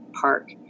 park